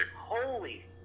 Holy